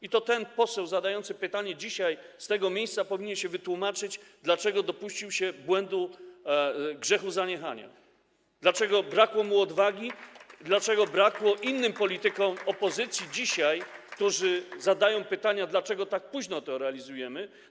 I to ten zadający pytanie poseł dzisiaj z tego miejsca powinien się wytłumaczyć, dlaczego dopuścił się błędu, grzechu zaniechania, dlaczego brakło mu odwagi i dlaczego brakło jej innym politykom opozycji, którzy dzisiaj zadają pytania, dlaczego tak późno to realizujemy.